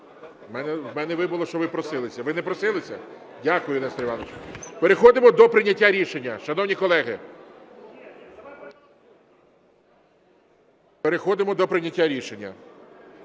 В мене вибило, що ви просилися. Ви не просилися? Дякую, Нестор Іванович. Переходимо до прийняття рішення, шановні колеги, переходимо до прийняття рішення.